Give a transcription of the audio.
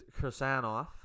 Krasanov